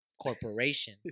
Corporation